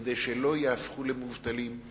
כדי שלא יהפכו למובטלים,